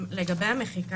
טובה.